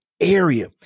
area